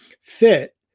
fit